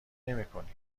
نمیکنی